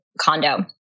condo